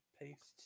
Paste